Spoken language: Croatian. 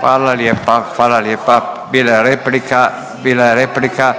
Hvala lijepa, hvala lijepa bila je replika, bila je replika.